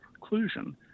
conclusion